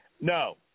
No